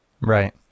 Right